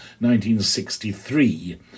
1963